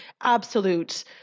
absolute